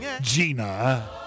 Gina